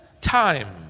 time